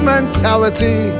mentality